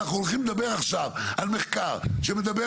אנחנו הולכים לדבר עכשיו על מחקר שמדבר